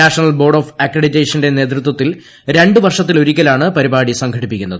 national board of അക്രഡിറ്റേഷന്റെ നേതൃത്വത്തിൽ രണ്ടുവർഷത്തിലൊരിക്കലാണ് പരിപാടി സംഘടിപ്പിക്കുന്നത്